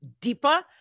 deeper